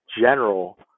general